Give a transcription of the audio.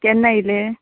केन्ना येयलें